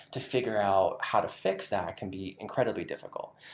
to figure out how to fix that, can be incredibly difficult.